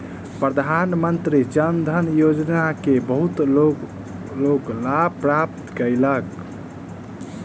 प्रधानमंत्री जन धन योजना के बहुत लोक लाभ प्राप्त कयलक